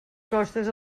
costes